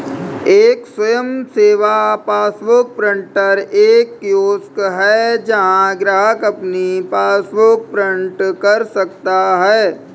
एक स्वयं सेवा पासबुक प्रिंटर एक कियोस्क है जहां ग्राहक अपनी पासबुक प्रिंट कर सकता है